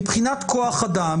מבחינת כוח אדם,